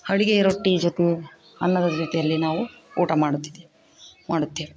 ಅಡಿಗೆಯ ರೊಟ್ಟಿ ಜೊತೆ ಅನ್ನದ ಜೊತೆಯಲ್ಲಿ ನಾವು ಊಟ ಮಾಡುತ್ತಿದ್ದೆವು ಮಾಡುತ್ತೇವೆ